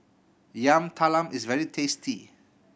Yam Talam is very tasty